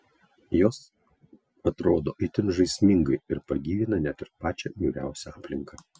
jos atrodo itin žaismingai ir pagyvina net ir pačią niūriausią aplinką